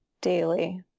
daily